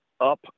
up